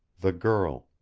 the girl.